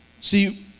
See